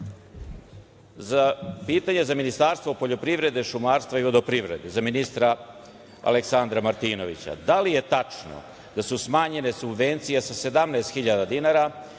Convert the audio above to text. godini. Pitanje za Ministarstvo poljoprivrede, šumarstvo i vodoprivrede, za ministra Aleksandra Martinovića – da li je tačno da su smanjene subvencije sa 17 hiljada